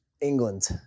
England